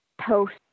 post